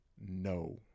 no